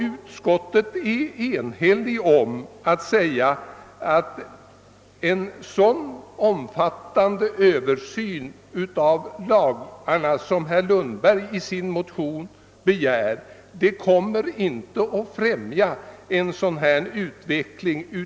Utskottet är enhälligt i sitt uttalande att en så omfattande översyn av lagarna som den herr Lundberg begär i sin motion inte skulle befrämja en utveckling i den önskade riktningen.